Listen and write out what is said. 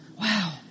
Wow